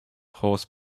horse